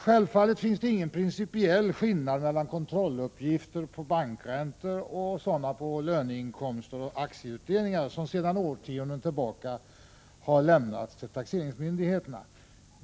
Självfallet finns det ingen pricipiell skillnad mellan kontrolluppgifter på bankräntor och på kontrolluppgifter på löneinkomster och aktieutdelningar, som sedan årtionden tillbaka har lämnats till taxeringsmyndigheterna.